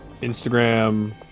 Instagram